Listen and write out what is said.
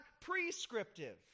prescriptive